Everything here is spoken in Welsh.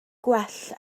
gwell